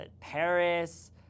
Paris